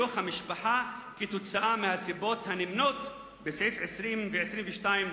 בתוך המשפחה מהסיבות הנמנות בסעיפים 20 ו-22,